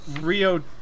Rio